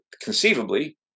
conceivably